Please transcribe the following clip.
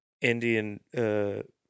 Indian